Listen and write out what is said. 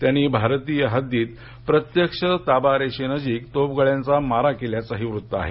त्यांनी भारतीय हद्दीत प्रत्यक्ष ताबा रेषे नजीक तोफगोळ्यांचा मारही केल्याच वृत्त आहे